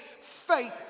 faith